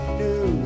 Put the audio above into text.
new